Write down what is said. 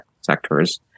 sectors